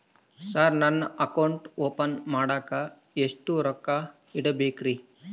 Sir account open ಮಾಡಾಕ ಎಷ್ಟು ರೊಕ್ಕ ಇಡಬೇಕ್ರಿ?